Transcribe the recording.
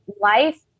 life